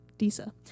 Disa